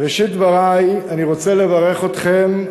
בראשית דברי אני רוצה לברך אתכם,